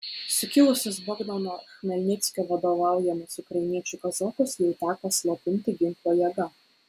sukilusius bogdano chmelnickio vadovaujamus ukrainiečių kazokus jau teko slopinti ginklo jėga